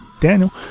Daniel